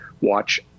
watch